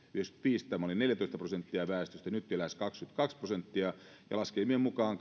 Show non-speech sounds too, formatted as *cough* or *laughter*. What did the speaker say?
tuhatyhdeksänsataayhdeksänkymmentäviisi tämä oli neljätoista prosenttia väestöstä nyt jo lähes kaksikymmentäkaksi prosenttia ja laskelmien mukaan *unintelligible*